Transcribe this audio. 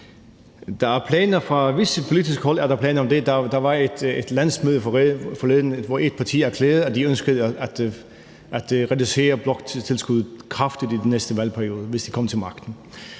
Der var et landsmøde forleden, hvor et parti erklærede, at de ønskede at reducere bloktilskuddet kraftigt i den næste valgperiode, hvis de kom til magten.